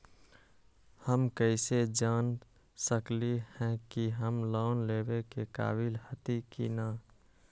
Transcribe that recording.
हम कईसे जान सकली ह कि हम लोन लेवे के काबिल हती कि न?